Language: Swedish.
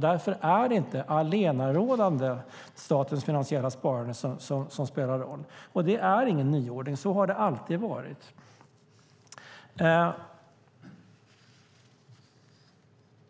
Därför är det inte bara statens finansiella sparande som spelar en roll. Det är ingen nyordning. Så har det alltid varit.